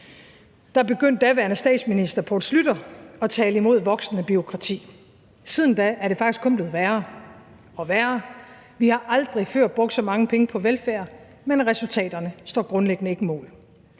begyndte daværende statsminister Poul Schlüter at tale imod det voksende bureaukrati. Siden da er det faktisk kun blevet værre og værre. Vi har aldrig før brugt så mange penge på velfærd, men resultaterne står grundlæggende ikke mål.